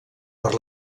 per